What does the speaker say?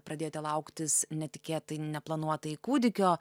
pradėjote lauktis netikėtai neplanuotai kūdikio